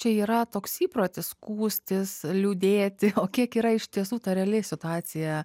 čia yra toks įprotis skųstis liūdėti o kiek yra iš tiesų ta reali situacija